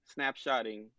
snapshotting